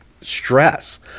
stress